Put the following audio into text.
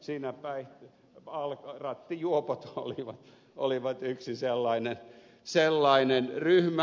siinä rattijuopot olivat yksi sellainen ryhmä